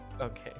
Okay